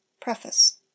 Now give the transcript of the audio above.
Preface